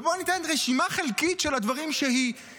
ובוא ניתן רשימה חלקית של הדברים שהיא